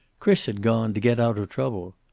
chris had gone, to get out of trouble.